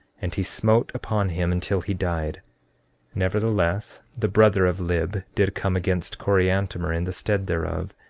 and he smote upon him until he died nevertheless, the brother of lib did come against coriantumr in the stead thereof,